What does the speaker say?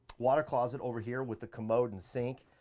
water closet over here with the commode and sink.